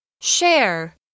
Share